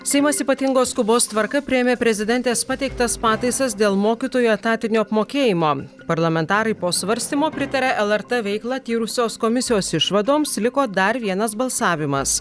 seimas ypatingos skubos tvarka priėmė prezidentės pateiktas pataisas dėl mokytojų etatinio apmokėjimo parlamentarai po svarstymo pritarė lrt veiklą tyrusios komisijos išvadoms liko dar vienas balsavimas